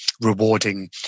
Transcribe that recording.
rewarding